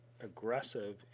aggressive